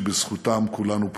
שבזכותם כולנו פה.